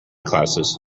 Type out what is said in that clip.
classes